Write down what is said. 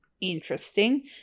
Interesting